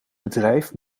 bedrijf